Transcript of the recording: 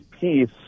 peace